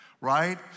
right